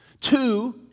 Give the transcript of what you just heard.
Two